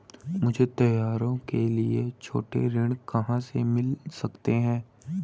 मुझे त्योहारों के लिए छोटे ऋण कहां से मिल सकते हैं?